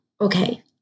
okay